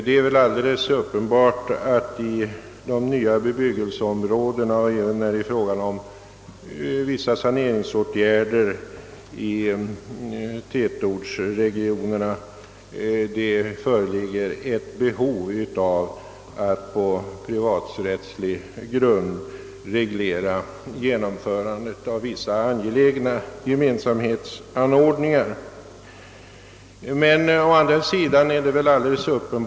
Det är väl alldeles uppenbart att det föreligger ett behov av att på privaträttslig grund kunna reglera genomförandet av vissa angelägna gemensamhetsanordningar såväl i de nya bebyggelseområdena som vid saneringar i tätortsregionerna.